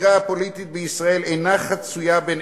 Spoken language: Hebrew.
הזירה הפוליטית בישראל אינה חצויה בין